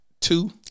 two